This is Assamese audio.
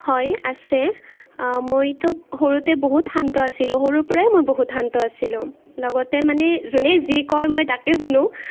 হয় আছে মইতো সৰুতে বহুত শান্ত আছিলো সৰুৰ পৰাই মই বহুত শান্ত আছিলো লগতে মানে যোনে যি কয় মই তাকেই শুনো